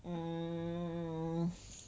mm